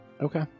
Okay